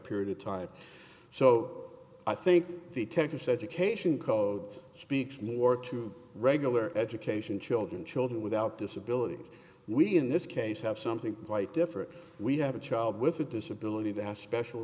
period of time so i think the texas education code speaks more to regular education children children without disabilities we in this case have something quite different we have a child with a disability they have special